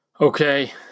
okay